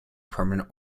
permanent